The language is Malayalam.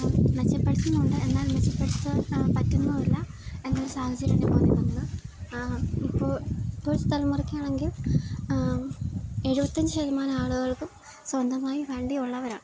മെച്ചപ്പെടത്തുന്നുണ്ട് എന്നാൽ മെച്ചപ്പെടുത്താൻ പറ്റുന്നതുമല്ല എന്നൊരു സാഹചര്യമുണ്ടെന്നാണ് പറഞ്ഞു വന്നത് ഇപ്പോൾ ഇപ്പോൾ തലമുറക്കാണെങ്കിൽ എഴുപത്തി അഞ്ച് ശതമാനം ആളുകളും സ്വന്തമായി വണ്ടി ഉള്ളവരാണ്